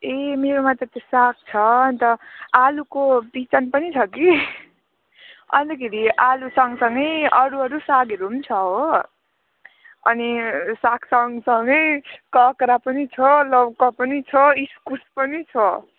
ए मेरोमा त त्यो साग छ अन्त आलुको बिजन पनि छ कि अन्तखेरि आलुसँगसँगै अरू अरू सागहरू पनि छ हो अनि सागसँगसँगै काँक्रा पनि छ लौका पनि छ इस्कुस पनि छ